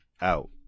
out